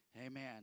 Amen